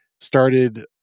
started